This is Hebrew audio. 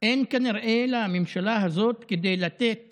אין כנראה לממשלה הזאת לתת